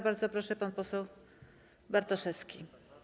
Bardzo proszę, pan poseł Bartoszewski.